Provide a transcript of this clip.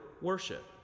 worship